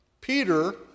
Peter